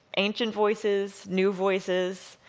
ancient voices, new voices,